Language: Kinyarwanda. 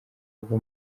ava